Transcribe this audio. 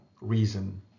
reason